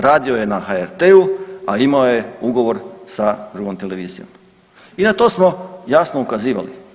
Radio je na HRT-u a imao je ugovor sa drugom televizijom i na to smo jasno ukazivali.